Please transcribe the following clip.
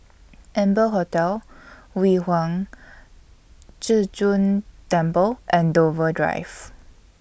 Amber Hotel Yu Huang Zhi Zun Temple and Dover Drive